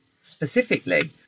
specifically